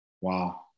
Wow